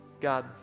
God